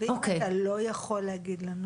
ואם אתה לא יכול להגיד לנו